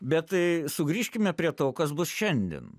bet tai sugrįžkime prie to kas bus šiandien